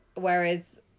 whereas